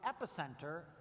epicenter